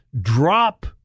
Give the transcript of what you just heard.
drop